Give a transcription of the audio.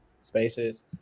spaces